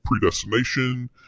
predestination